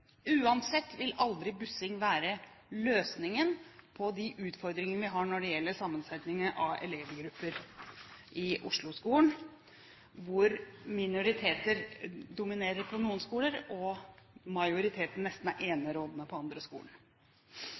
Uansett vil aldri bussing være løsningen på de utfordringene vi har når det gjelder sammensetningen av elevgrupper i Oslo-skolen, hvor minoriteter dominerer på noen skoler, og majoriteten nesten er enerådende på andre skoler.